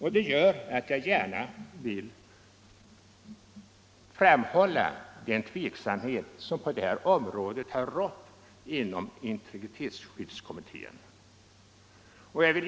Jag vill därför gärna framhålla den tveksamhet som på detta område rått inom integritetsskyddskommittén.